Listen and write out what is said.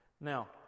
Now